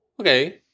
Okay